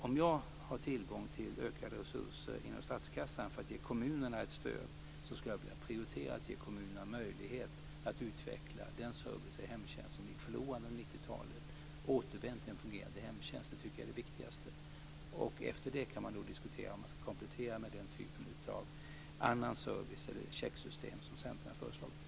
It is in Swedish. Om jag har tillgång till ökade resurser inom statskassan för att ge kommunerna ett stöd skulle jag vilja prioritera att ge kommunerna möjlighet att utveckla den service i hemtjänsten som gick förlorad under 90 talet. Att återvända till en fungerande hemtjänst tycker jag är det viktigaste. Efter det kan man diskutera om man ska komplettera med den typ av annan service eller checksystem som Centern har föreslagit.